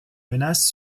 menace